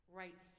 right